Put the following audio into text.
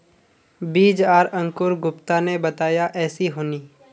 बीज आर अंकूर गुप्ता ने बताया ऐसी होनी?